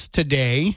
today